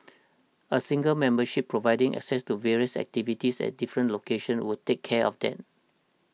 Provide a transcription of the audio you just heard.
a single membership providing access to various activities at different locations would take care of that